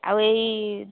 ଆଉ ଏଇ